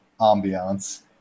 ambiance